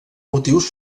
motius